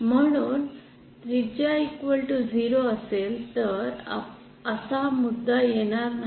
म्हणून त्रिज्या0 असेल तर असा मुद्दा येणार नाही